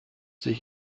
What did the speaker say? sich